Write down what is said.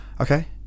Okay